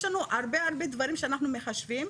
יש לנו הרבה הרבה דברים שאנחנו מחשבים,